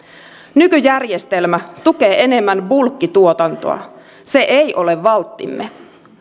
nykyjärjestelmä tukee enemmän bulkkituotantoa se ei ole valttimme